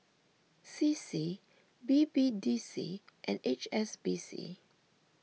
C C B B D C and H S B C